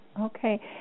okay